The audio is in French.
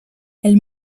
elle